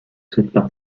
souhaitent